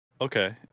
Okay